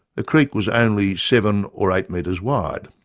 the creek was only seven or eight metres wide.